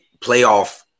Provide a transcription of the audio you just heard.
playoff